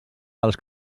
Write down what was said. pels